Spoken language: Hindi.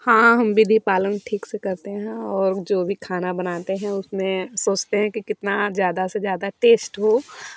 हाँ हम विधि पालन ठीक से करते हैं और जो भी खाना बनाते हैं उसमें सोचते हैं कि कितना ज़्यादा से ज़्यादा टेष्ट हो